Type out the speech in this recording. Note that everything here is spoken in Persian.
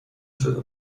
شده